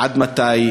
עד מתי?